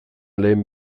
lehen